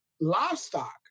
livestock